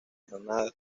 granada